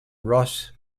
ross